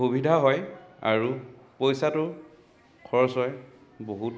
সুবিধা হয় আৰু পইচাটো খৰচ হয় বহুত